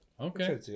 Okay